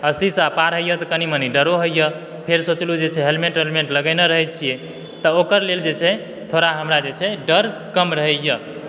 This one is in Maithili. अस्सी से पार होइ यऽ तऽ कनि मनी डरो होइ यऽ फेर सोचलहुॅं जे छै से हेलमेट तेलमेट लगेने रहै छियै तऽ ओकर लेल जे छै थोड़ा हमरा जे छै से डर कम रहै यऽ